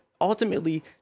ultimately